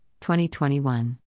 2021